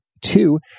Two